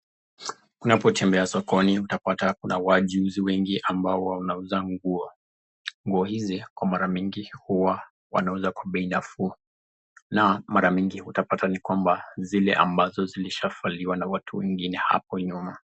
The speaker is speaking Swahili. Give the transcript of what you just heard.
Unapotembea sokoni utapata kuna wachuuzi wengi ambao wanauza nguo .Nguo hizi kwa mara mingi huwa wanauza kwa bei nafuu na mara mingi utapata kwamba zile ambazo zilishavalia na watu wengine hapo nyuma.